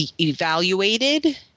evaluated